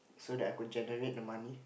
so I could generate the money